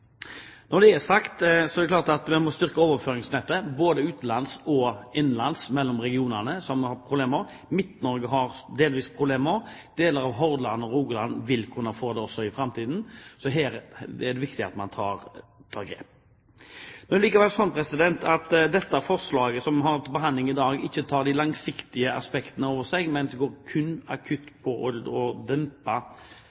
Når det er sagt, er det klart at vi må styrke overføringsnettet, både utenlands og innenlands mellom regionene, der vi har problemer. Midt-Norge har delvis problemer, deler av Hordaland og Rogaland vil kunne få det i framtiden, så her er det viktig at man tar grep. Nå er det likevel sånn at det forslaget som vi har til behandling i dag, ikke tar de langsiktige aspektene inn over seg, men kun går akutt